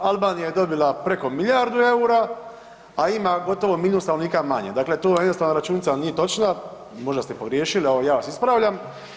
Albanija je dobila preko milijardu eura a ima gotovo milijun stanovnika manje, dakle tu vam jednostavno računica nije točna, možda ste pogriješili, evo ja vas ispravljam.